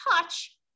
touch